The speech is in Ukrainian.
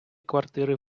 квартири